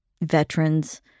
veterans